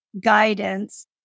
guidance